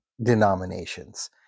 Denominations